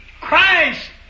Christ